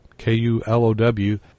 K-U-L-O-W